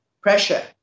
pressure